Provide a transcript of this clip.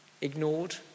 ignored